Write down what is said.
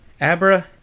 Abra